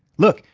look,